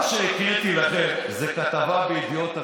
מה שהקראתי לכם זו כתבה בידיעות אחרונות,